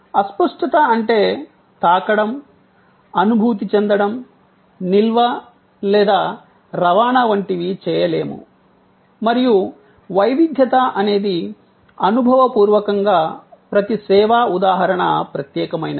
అస్పష్టత అంటే తాకడం అనుభూతి చెందడం నిల్వ లేదా రవాణా వంటివి చేయలేము మరియు వైవిధ్యత అనేది అనుభవపూర్వకంగా ప్రతి సేవా ఉదాహరణ ప్రత్యేకమైనది